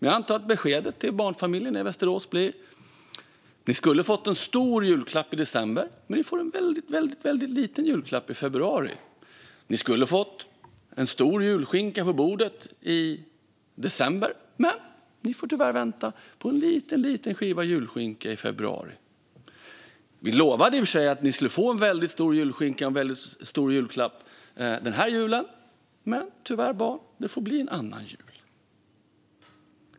Jag antar att beskedet till barnfamiljen i Västerås blir: Ni skulle ha fått en stor julklapp i december, men ni får en väldigt liten julklapp i februari. Ni skulle ha fått en stor julskinka på bordet i december, men ni får tyvärr vänta på en liten skiva julskinka i februari. Vi lovade i och för sig att ni skulle få en väldigt stor julskinka och en väldigt stor julklapp den här julen, men tyvärr barn: Det får bli en annan jul.